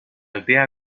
aldea